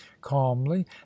calmly